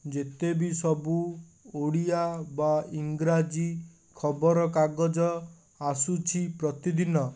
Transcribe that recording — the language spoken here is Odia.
ଯେତେବି ସବୁ ଓଡ଼ିଆ ବା ଇଂରାଜୀ ଖବରକାଗଜ ଆସୁଛି ପ୍ରତିଦିନ